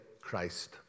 Christ